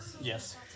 Yes